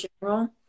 general